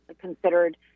considered